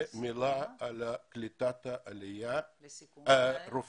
מילה על קליטת רופאים.